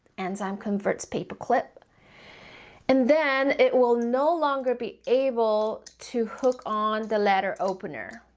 enzyme converts paper clip and then it will no longer be able to hook on the letter opener,